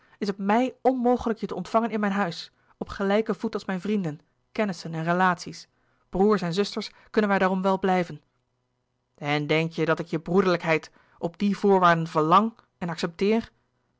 is het m i j onmogelijk je te ontvangen in mijn huis op gelijken voet als mijn vrienden kennissen en relaties broêrs en zusters kunnen wij daarom wel blijven en denk je dat ik je broederlijkheid op die voorwaarden verlang en accepteer